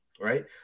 right